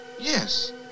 Yes